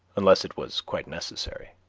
unless it was quite necessary.